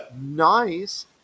nice